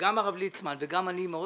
שגם הרב ליצמן וגם אני מאוד